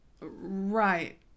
right